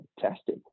fantastic